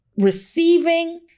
receiving